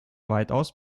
weitaus